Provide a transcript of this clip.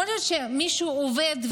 יכול להיות שמישהו עובד,